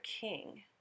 King